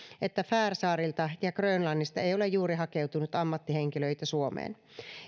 että färsaarilta ja grönlannista ei ei ole juuri hakeutunut ammattihenkilöitä suomeen